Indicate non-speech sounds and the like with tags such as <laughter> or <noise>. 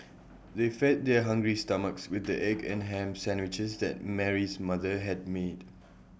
they fed their hungry stomachs with the egg and Ham Sandwiches that Mary's mother had made <noise>